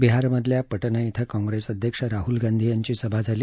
बिहारमधल्या पटना इथं काँग्रेस अध्यक्ष राह्ल गांधी यांची सभा झाली